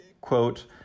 quote